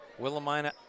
Willamina